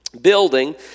building